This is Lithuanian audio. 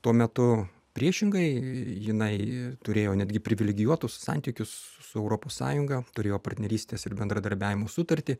tuo metu priešingai jinai turėjo netgi privilegijuotus santykius su europos sąjunga turėjo partnerystės ir bendradarbiavimo sutartį